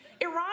Iran